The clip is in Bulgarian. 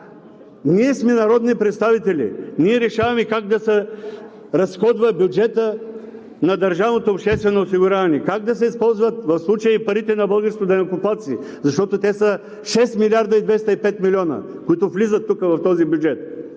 Ние сме народни представители, ние решаваме как да се разходва бюджетът на държавното обществено осигуряване, как да се използват в случая и парите на българските данъкоплатци, защото те са 6 млрд. 205 млн. лв., които влизат тук в този бюджет.